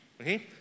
Okay